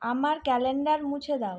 আমার ক্যালেণ্ডার মুছে দাও